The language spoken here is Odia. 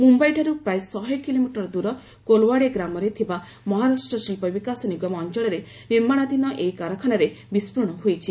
ମୁମ୍ବାଇଠାରୁ ପ୍ରାୟ ଶହେକିଲୋମିଟର ଦୂର କୋଲୱାଡେ ଗ୍ରାମରେ ଥିବା ମହାରାଷ୍ଟ୍ର ଶିଳ୍ପ ବିକାଶ ନିଗମ ଅଞ୍ଚଳରେ ନିର୍ମାଣାଧୀନ ଏହି କାରଖାନାରେ ବିସ୍ଫୋରଣ ହୋଇଛି